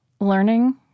learning